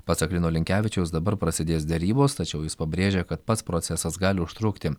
pasak lino linkevičiaus dabar prasidės derybos tačiau jis pabrėžė kad pats procesas gali užtrukti